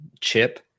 chip